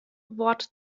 wort